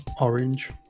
Orange